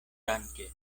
danke